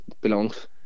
belongs